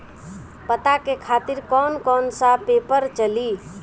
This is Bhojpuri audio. पता के खातिर कौन कौन सा पेपर चली?